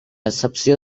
excepció